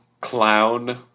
Clown